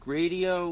radio